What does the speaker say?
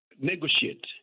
Negotiate